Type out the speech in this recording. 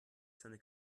seine